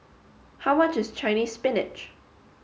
how much is Chinese spinach